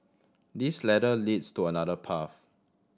this ladder leads to another path